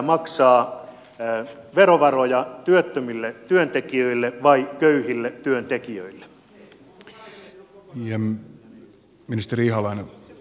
maksaa verovaroja työttömille työntekijöille vai köyhille työntekijöille